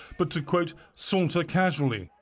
but to quote saunter casually.